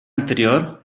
anterior